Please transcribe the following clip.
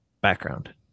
background